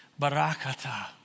Barakata